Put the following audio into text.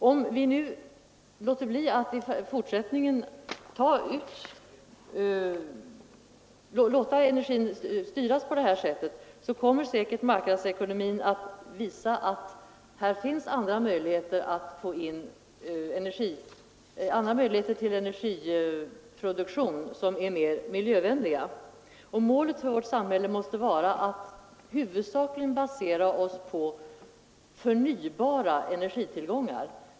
Om vi nu låter bli att styra energitillgången på detta sätt kommer säkert marknadsekonomin att visa att det finns andra och mera miljövänliga möjligheter till energiproduktion. Målet för vårt samhälle måste vara att huvudsakligen basera oss på förnybara energitillgångar.